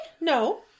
No